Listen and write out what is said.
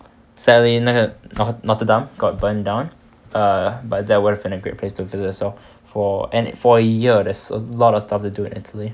sadly 那个 notre dame got burnt down err but that would have been a great place to visit so for and for a year there's a lot of stuff to do in italy